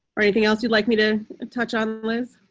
or anything else you'd like me to and touch on was